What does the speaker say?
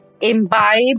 imbibe